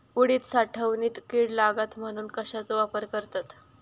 उडीद साठवणीत कीड लागात म्हणून कश्याचो वापर करतत?